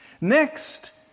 Next